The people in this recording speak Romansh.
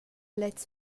lez